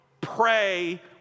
pray